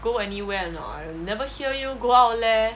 go anywhere or not never hear you go out leh